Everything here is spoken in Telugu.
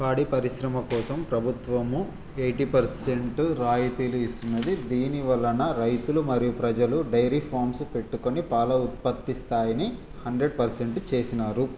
పాడి పరిశ్రమ కోసం ప్రభుత్వము ఎయిటీ పర్సెంట్ రాయితీలు ఇస్తున్నది దీని వలన రైతులు మరియు ప్రజలు డైరీ ఫార్మ్స్ పెట్టుకొని పాల ఉత్పత్తి స్థాయిని హండ్రెడ్ పర్సెంట్ చేసినారు